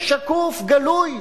שקוף וגלוי.